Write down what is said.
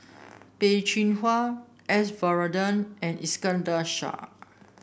Peh Chin Hua S Varathan and Iskandar Shah